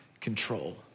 control